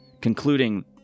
concluding